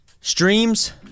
streams